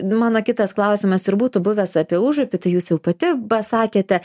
mano kitas klausimas ir būtų buvęs apie užupį tai jūs jau pati ba sakėte